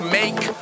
make